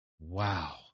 Wow